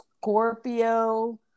Scorpio